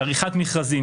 עריכת מכרזים,